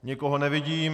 Nikoho nevidím.